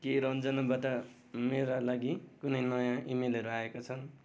के रञ्जनाबाट मेरा लागि कुनै नयाँ इमेलहरू आएका छन्